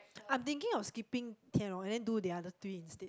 I'm thinking of skipping Tian-Long and then do the other three instead